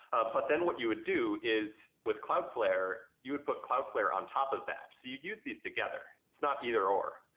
ah but then what you would do is with cloudflare you would put cloudflare on top of that. so you'd use these together. it's not either or.